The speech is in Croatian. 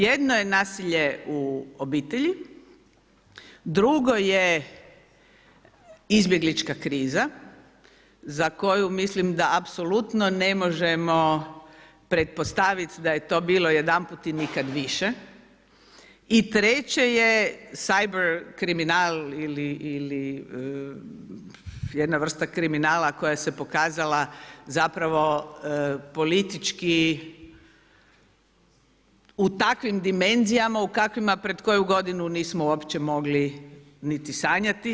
Jedno je nasilje u obitelji, drugo je izbjeglička kriza, za koju mislim da apsolutno ne možemo pretpostaviti da je to bilo jedanput i nikad više i treće je cyber kriminal ili jedna vrsta kriminala koja se pokazala politički u takvim dimenzijama u kakvima pred koju godinu nismo uopće mogli niti sanjati.